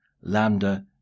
Lambda